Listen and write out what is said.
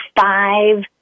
five